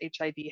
HIV